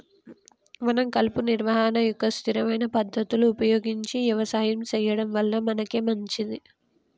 మనం కలుపు నిర్వహణ యొక్క స్థిరమైన పద్ధతులు ఉపయోగించి యవసాయం సెయ్యడం వల్ల మనకే మంచింది